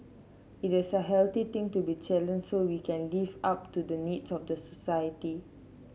it is a healthy thing to be challenged so we can live up to the needs of the society